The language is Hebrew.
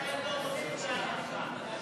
הצבעה על הנושא של הארכת התוקף.